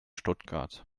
stuttgart